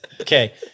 Okay